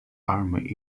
army